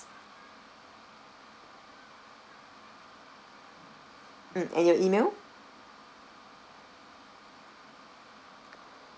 mm and your email